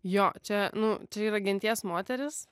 jo čia nu čia yra genties moteris